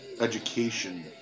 education